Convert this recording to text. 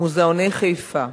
מוזיאוני חיפה,